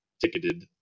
ticketed